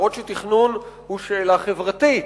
אפילו שתכנון הוא שאלה חברתית,